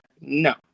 No